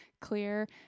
clear